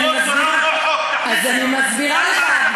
אני מסבירה לך,